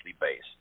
based